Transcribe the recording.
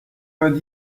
vingt